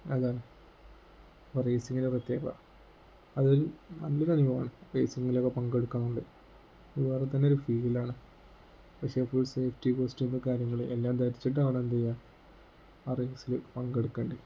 അതാണ് റെയ്സിങ്ങിൻ്റെ പ്രത്യേക അതൊരു നല്ലൊരുനുഭവമാണ് റയ്സിങ്ങിലൊക്കെ പങ്കെടുക്കുക എന്നുള്ളത് ഇത് വേറെ തന്നൊരു ഫീലാണ് പക്ഷേ ഫുൾ സേഫ്റ്റി കോസ്റ്റ്യൂം കാര്യങ്ങൾ എല്ലാം ധരിച്ചിട്ടാകണം എന്തു ചെയ്യുക ആ റെയ്സിൽ പങ്കെടുക്കേണ്ടത്